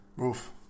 Oof